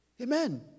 Amen